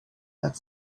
that